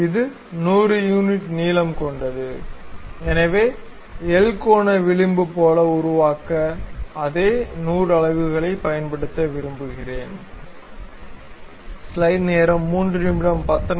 இது 100 யூனிட் நீளம் கொண்டது எனவே எல் கோண விளிம்பு போல உருவாக்க அதே 100 அலகுகளைப் பயன்படுத்த விரும்புகிறேன்